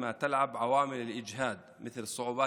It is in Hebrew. התמכרות לאלכוהול או שימוש בסמים.